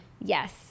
Yes